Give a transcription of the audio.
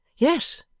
yes,